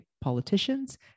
politicians